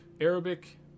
Arabic